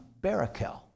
Barakel